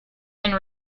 and